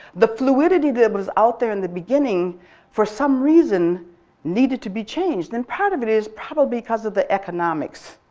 the fluidity that was out there in the beginning for some reason needed to be changed. and part of it is probably because of the economics.